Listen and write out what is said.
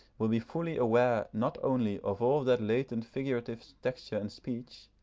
will be fully aware not only of all that latent figurative texture in speech,